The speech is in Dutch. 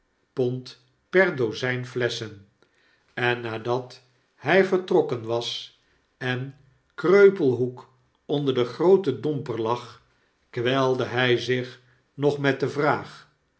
pond per dozijn flesschen en nadat zy vertrokken was en kreupelhoek onder een grooten domper lag kwelde hy zich nog met de vraag